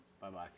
Bye-bye